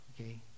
okay